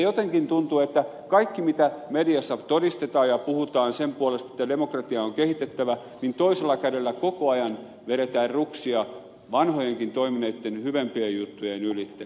jotenkin tuntuu että kun mediassa todistetaan ja puhutaan sen puolesta että demokratiaa on kehitettävä niin toisella kädellä koko ajan vedetään ruksia vanhojenkin toimineitten parempien juttujen ylitse